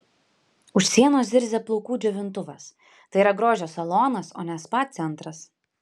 už sienos zirzia plaukų džiovintuvas tai yra grožio salonas o ne spa centras